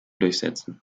durchsetzen